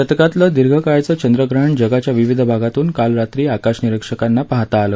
शतकातलं दीर्घकाळचं चंद्रग्रहण जगाच्या विविध भागातून काल रात्री आकाशनिरीक्षकांना पाहता आलं